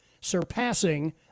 surpassing